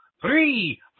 three